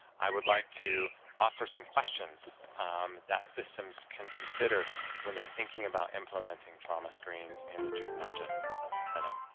i would like to offer some questions that systems can consider when they're thinking about implementing trauma screens in the juvenile justice ah setting.